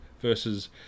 Versus